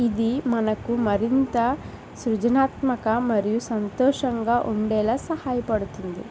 ఇది మనకు మరింత సృజనాత్మక మరియు సంతోషంగా ఉండేలా సహాయపడుతుంది